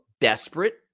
desperate